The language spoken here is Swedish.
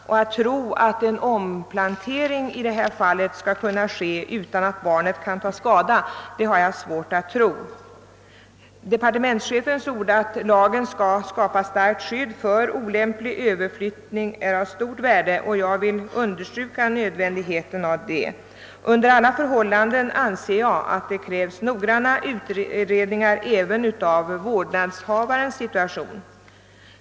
Och att man kan tro att en omplantering skall kunna ske utan att barnet kan ta skada, har jag svårt att förstå. Departementschefens ord att lagen skall skapa starkt skydd mot olämplig överflyttning är av stort värde, och jag vill understryka nödvändigheten av ett sådant skydd. Under alla förhållanden anser jag att det krävs noggrann utredning även av vårdnadshavarens situation.